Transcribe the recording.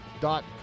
dot